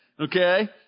Okay